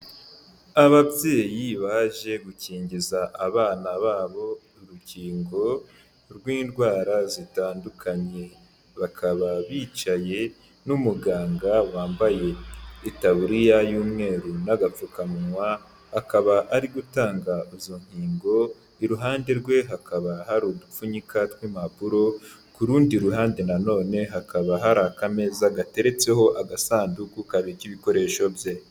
Ababyeyi baje gukingiza abana babo urukingo rw'indwara zitandukanye bakaba bicaye n'umuganga wambaye itaburiya y'umweru n'agapfukamunwa, akaba ari gutanga izo nkingo iruhande rwe hakaba hari udupfunyika tw'impapuro, ku rundi ruhande nanone hakaba hari akameza gateretseho agasanduku, kabika ibikoresho bye.